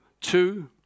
two